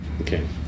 Okay